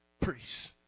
priests